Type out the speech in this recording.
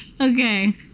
Okay